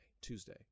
Tuesday